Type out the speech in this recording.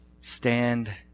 stand